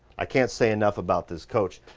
i can't say enough about this coach.